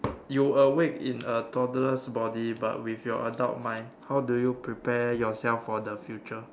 you awake in a toddler's body but with your adult mind how do you prepare yourself for the future